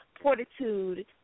fortitude